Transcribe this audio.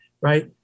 right